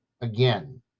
again